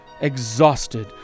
Exhausted